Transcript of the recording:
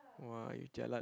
[wah] you jialat